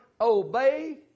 Obey